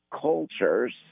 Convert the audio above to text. cultures